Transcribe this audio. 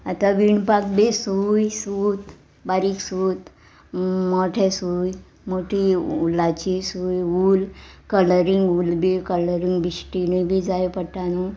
आतां विणपाक बी सूय सूत बारीक सूत मोटे सूय मोटी उलाची उल कलरींग उल बी कलरिंग बिश्टीणूय बी जाय पडटा न्हू